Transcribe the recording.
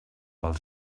pel